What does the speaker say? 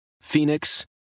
Phoenix